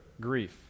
grief